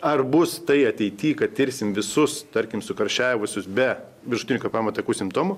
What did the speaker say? ar bus tai ateity kad tirsim visus tarkim sukarščiavusius be viršutinių kvėpavimo takų simptomų